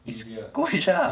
it's scojah